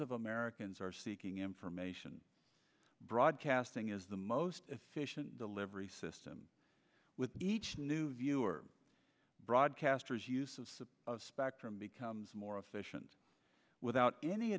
of americans are seeking information broadcasting is the most efficient delivery system with each new viewer broadcasters uses the spectrum becomes more efficient without any